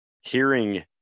hearing